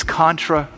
contra